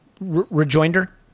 rejoinder